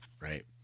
Right